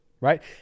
right